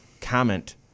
comment